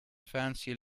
fancy